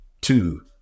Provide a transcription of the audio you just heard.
two